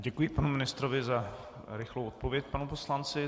Já děkuji panu ministrovi za rychlou odpověď panu poslanci.